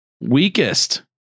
weakest